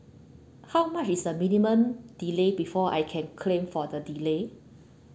how much is the minimum delay before I can claim for the delay